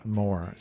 more